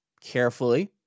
carefully